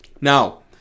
Now